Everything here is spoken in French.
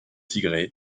tigre